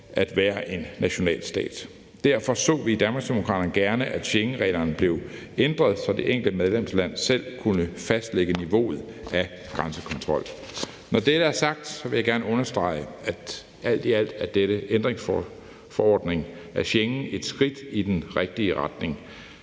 at være en nationalstat. Derfor så vi i Danmarksdemokraterne gerne, at Schengenreglerne blev ændret, så det enkelte medlemsland selv kunne fastlægge niveauet af grænsekontrol. Når dette er sagt, vil jeg gerne understrege, at denne ændringsforordning af Schengen alt i alt er et skridt i den rigtige retning,